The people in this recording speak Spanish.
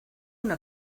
una